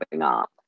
up